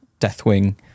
Deathwing